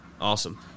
Awesome